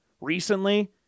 recently